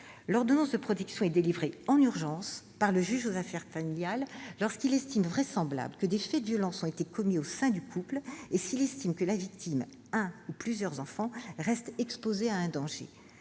L'ordonnance de protection est délivrée, en urgence, par le juge aux affaires familiales, lorsque celui-ci estime vraisemblable que des faits de violence aient été commis au sein du couple et s'il pense que la victime ou un ou plusieurs enfants restent exposés à un danger.